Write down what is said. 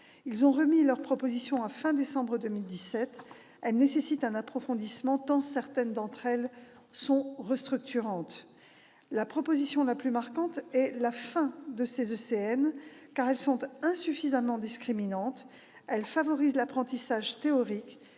Ils ont remis leurs propositions à fin du mois de décembre dernier. Elles nécessitent un approfondissement, tant certaines sont restructurantes. La proposition la plus marquante est la fin des ECN, qui sont insuffisamment discriminantes, favorisent l'apprentissage théorique